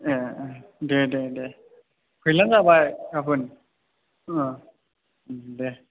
ए ए दे दे दे फैब्लानो जाबाय गाबोन दे